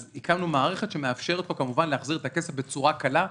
אז הקמנו מערכת שמאפשרת לו להחזיר את הכסף בצורה קלה.